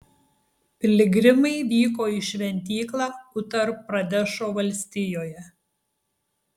piligrimai vyko į šventyklą utar pradešo valstijoje